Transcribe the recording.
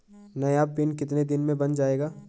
नया पिन कितने दिन में बन जायेगा?